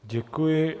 Děkuji.